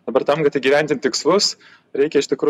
dabar tam kad įgyvendint tikslus reikia iš tikrų